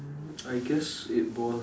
I guess it was